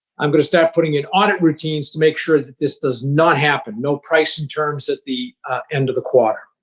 i'm going to start putting in audit routines to make sure that this does not happen. no pricing terms at the end of the quarter.